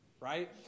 right